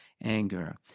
anger